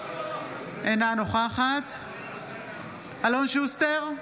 אינה נוכחת אלון שוסטר,